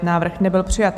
Návrh nebyl přijat.